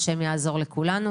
וה' יעזור לכולנו,